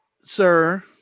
sir